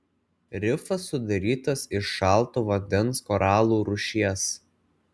rifas sudarytas iš šalto vandens koralų rūšies